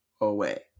away